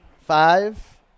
Five